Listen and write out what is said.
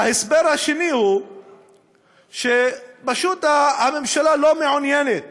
ההסבר השני הוא שפשוט הממשלה לא מעוניינת